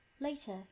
Later